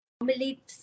normally